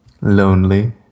Lonely